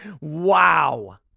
Wow